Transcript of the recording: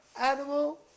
animal